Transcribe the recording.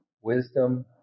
wisdom